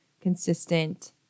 consistent